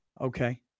okay